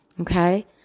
Okay